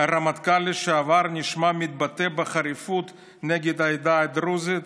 הרמטכ"ל לשעבר נשמע מתבטא בחריפות נגד העדה הדרוזית.